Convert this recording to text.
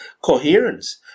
coherence